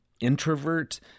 introvert